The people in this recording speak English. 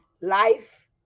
life